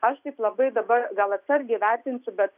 aš taip labai dabar gal atsargiai vertinsiu bet